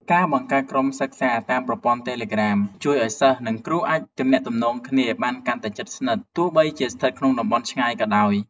ការបង្កើតក្រុមសិក្សាតាមប្រព័ន្ធតេឡេក្រាមជួយឱ្យសិស្ស និងគ្រូអាចទំនាក់ទំនងគ្នាបានកាន់តែជិតស្និទ្ធទោះបីជាស្ថិតក្នុងតំបន់ឆ្ងាយក៏ដោយ។